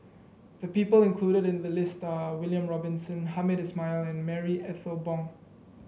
the people included in the list are William Robinson Hamed Ismail and Marie Ethel Bong